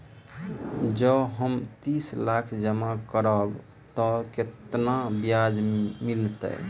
जँ हम तीस लाख जमा करबै तऽ केतना ब्याज मिलतै?